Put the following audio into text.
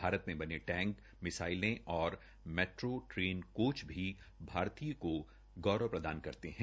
भारत में बने टैक मिसाइले और मेट्रो ट्रोन कोच भी भारतीय को गौरव प्रदान करते है